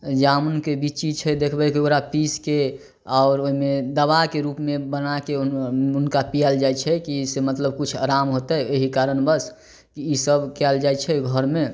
जामुनके बिच्ची छै देखबै कि ओकरा पीसके आओर ओहिमे दवाके रूपमे बनाके हुनका पिआयल जाइ छै कि से मतलब किछु आराम होतै एहि कारणबस ई सब कयल जाइ छै घरमे